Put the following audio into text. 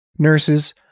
Nurses